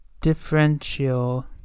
differential